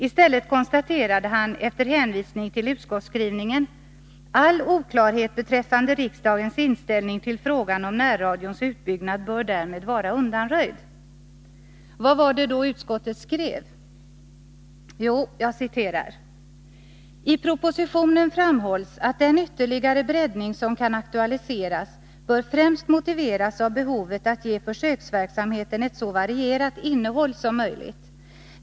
I stället konstaterade han, efter hänvisning till utskottsskrivningen: ”All oklarhet beträffande riksdagens inställning till frågan om närradions utbyggnad bör därmed vara undanröjd.” Vad var det då utskottet skrev? Jo, man skrev följande: ”I propositionen framhålls att den ytterligare breddning som kan aktualiseras bör främst motiveras av behovet att ge försöksverksamheten ett så varierat innehåll som möjligt.